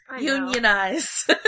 Unionize